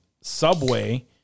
Subway